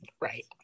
Right